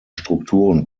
strukturen